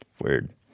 Weird